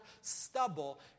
stubble